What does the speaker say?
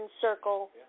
circle